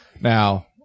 Now